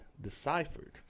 deciphered